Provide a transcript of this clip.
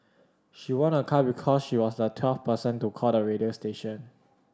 she won a car because she was the twelfth person to call the radio station